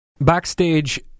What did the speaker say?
Backstage